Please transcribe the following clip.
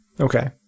Okay